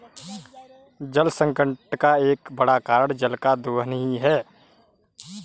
जलसंकट का एक बड़ा कारण जल का दोहन ही है